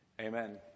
amen